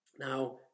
Now